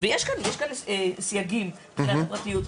יש כאן סייגים מבחינת הפרטיות,